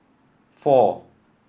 four